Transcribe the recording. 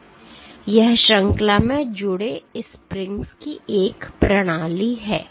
तो यह श्रृंखला में जुड़े स्प्रिंग्स की एक प्रणाली है